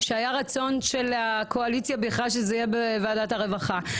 שהיה רצון של הקואליציה בכלל שזה יהיה בוועדת הרווחה.